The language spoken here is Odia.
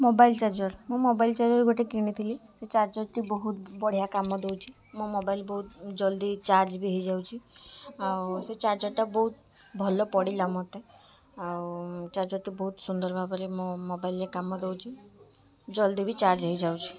ମୋବାଇଲ୍ ଚାର୍ଜର୍ ମୁଁ ମୋବାଇଲ୍ ଚାର୍ଜର୍ ଗୋଟେ କିଣିଥିଲି ସେ ଚାର୍ଜର୍ଟି ବହୁତ ବଢ଼ିଆ କାମ ଦେଉଛି ମୋ ମୋବାଇଲ୍ ବହୁତ ଜଲ୍ଦି ଚାର୍ଜ ବି ହେଇଯାଉଛି ଆଉ ସେ ଚାର୍ଜର୍ଟା ବହୁତ ଭଲ ପଡ଼ିଲା ମୋତେ ଆଉ ଚାର୍ଜଟି ବହୁତ ସୁନ୍ଦର ଭାବରେ ମୋ ମୋବାଇଲ୍ରେ କାମ ଦେଉଛି ଜଲ୍ଦି ବି ଚାର୍ଜ ହେଇଯାଉଛି